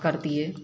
करतियै